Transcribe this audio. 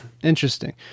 Interesting